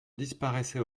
disparaissait